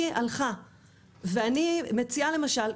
40% מן ההכנסה המשפחתית שלי הלכה ואני מציעה למשל,